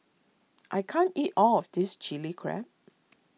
I can't eat all of this Chilli Crab